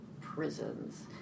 prisons